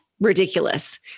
ridiculous